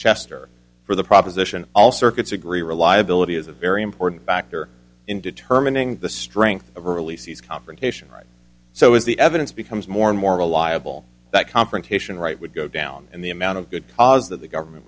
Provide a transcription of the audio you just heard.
chester for the proposition all circuits agree reliability is a very important factor in determining the strength of early c's confrontation right so is the evidence becomes more and more reliable that confrontation right would go down and the amount of good cause that the government